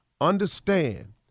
understand